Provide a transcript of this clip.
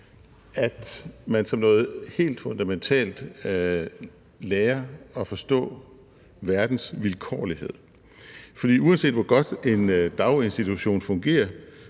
at man som noget helt fundamentalt lærer at forstå verdens vilkårlighed, for uanset hvor godt en daginstitution fungerer,